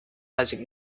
isaac